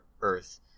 Earth